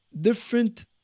different